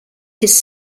his